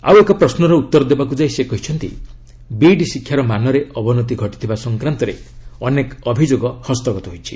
ଆଉ ଏକ ପ୍ରଶ୍ୱର ଉତ୍ତର ଦେବାକୁ ଯାଇ ସେ କହିଛନ୍ତି ବିଇଡି ଶିକ୍ଷାର ମାନରେ ଅବନତି ଘଟିଥିବା ସଂକ୍ରାନ୍ତରେ ଅନେକ ଅଭିଯୋଗ ହସ୍ତଗତ ହୋଇଛି